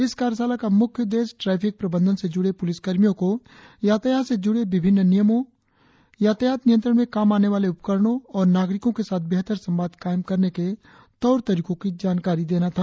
इस कार्यशाला का मुख्य उद्देश्य ट्रैफिक प्रबंधन से जुड़े प्रलिसकर्मियों को यातायात से जुड़े विभिन्न नियमों यातायात नियंत्रण में काम आने वाले उपकरणों और नागरिकों के साथ बेहतर संवाद कायम करने के तौर तरीके की जानकारी देना था